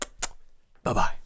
Bye-bye